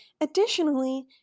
Additionally